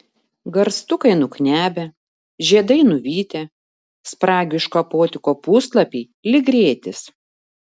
garstukai nuknebę žiedai nuvytę spragių iškapoti kopūstlapiai lyg rėtis